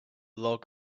log